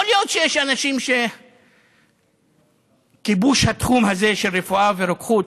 יכול להיות שיש אנשים שכיבוש התחום הזה של רפואה ורוקחות,